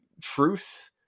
truth